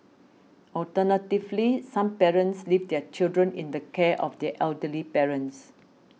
alternatively some parents leave their children in the care of their elderly parents